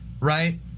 Right